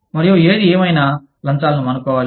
మరియు ఏది ఏమైనా లంచాలను మానుకోవాలి